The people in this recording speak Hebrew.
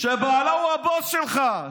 שבעלה הוא הבוס שלך,